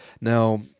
Now